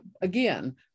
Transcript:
again